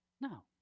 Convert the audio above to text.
No